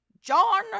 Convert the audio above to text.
John